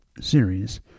series